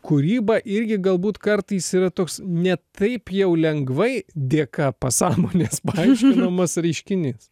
kūryba irgi galbūt kartais yra toks ne taip jau lengvai dėka pasąmonės paaiškinamas reiškinys